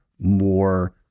more